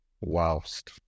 whilst